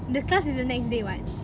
the class is the next day [what]